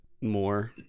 more